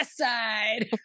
Westside